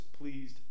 pleased